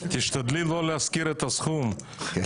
תשתדלי לא להזכיר את הסכום כי